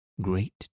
great